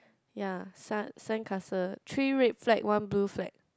yea sun sand castle three red flat one blue flat